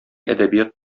әдәбият